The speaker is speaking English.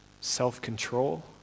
self-control